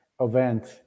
event